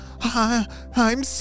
I'm